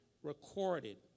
recorded